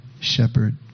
shepherd